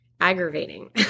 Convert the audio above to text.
aggravating